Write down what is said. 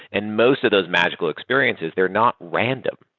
and most of those magical experiences, they're not random.